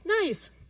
nice